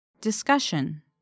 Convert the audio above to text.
Discussion